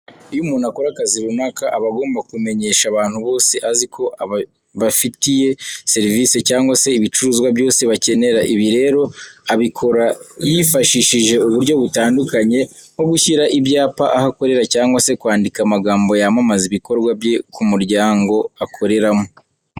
Iyo umuntu akora akazi runaka, aba agomba kumenyesha abantu bose azi ko abafitiye serivise cyangwa se ibicuruzwa byose bakenera. Ibi rero abikora yifashishije uburyo butandukanye nko gushyira ibyapa aho akorera cyangwa se kwandika amagambo yamamaza ibikorwa bye ku muryango akoreramo.